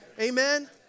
Amen